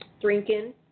drinking